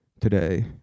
today